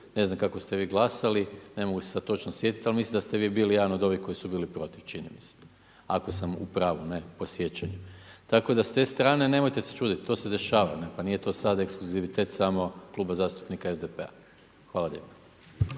Ne znam kako ste vi glasali ne mogu se sad točno sjetiti, ali mislim da ste vi bili jedan od ovih koji su bili protiv čini mi se. Ako sam u pravu po sjećanju. Tako da s te strane nemojte se čuditi to se dešava pa nije to sad ekskluzivitet samo Kluba zastupnika SDP-a. Hvala lijepo.